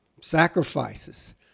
sacrifices